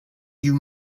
you